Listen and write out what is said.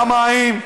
גם מים,